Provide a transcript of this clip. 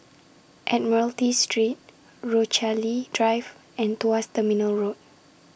Admiralty Street Rochalie Drive and Tuas Terminal Road